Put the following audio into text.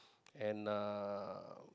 and uh